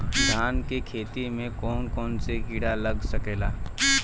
धान के खेती में कौन कौन से किड़ा लग सकता?